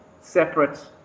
separate